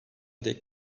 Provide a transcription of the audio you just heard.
dek